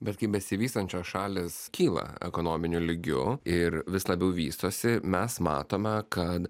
bet kai besivystančios šalys kyla ekonominiu lygiu ir vis labiau vystosi mes matome kad